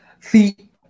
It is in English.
See